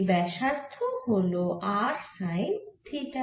এই ব্যাসার্ধ হল r সাইন থিটা